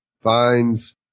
finds